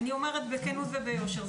אני אומרת בכנות וביושר,